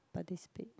participate